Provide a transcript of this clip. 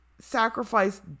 Sacrifice